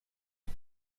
est